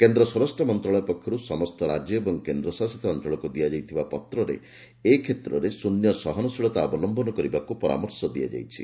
କେନ୍ଦ୍ର ସ୍ୱରାଷ୍ଟ୍ର ମନ୍ତ୍ରଶାଳୟ ପକ୍ଷରୁ ସମସ୍ତ ରାଜ୍ୟ ଏବଂ କେନ୍ଦ୍ରଶାସିତ ଅଞ୍ଚଳକୁ ଦିଆଯାଇଥିବା ପତ୍ରରେ ଏ କ୍ଷେତ୍ରରେ ଶୃନ୍ୟ ସହନଶୀଳତା ଅବଲମ୍ବନ କରିବାକୁ ପରାମର୍ଶ ଦିଆଯାଇଛି